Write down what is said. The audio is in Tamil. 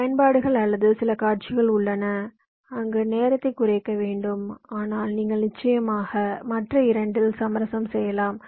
சில பயன்பாடுகள் அல்லது சில காட்சிகள் உள்ளன அங்கு நேரத்தைக் குறைக்க வேண்டும் ஆனால் நீங்கள் நிச்சயமாக மற்ற இரண்டில் சமரசம் செய்யலாம்